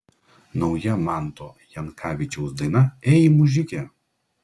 nauja manto jankavičiaus daina ei mužike